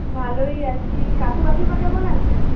ভালোই আছি কাকু কাকিমা কেমন আছে